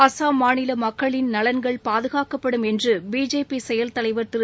அஸ்ஸாம் மாநில மக்களின் நலன்கள் பாதுகாக்கப்படும் என்று பிஜேபி செயல் தலைவர் திரு